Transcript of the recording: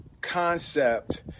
concept